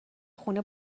خونه